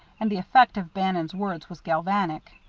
and the effect of bannon's words was galvanic.